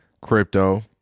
Crypto